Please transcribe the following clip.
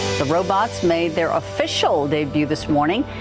the robots made their official debut this morning.